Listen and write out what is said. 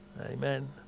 Amen